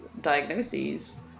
diagnoses